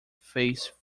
face